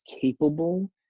capable